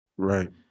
Right